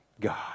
God